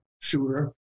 shooter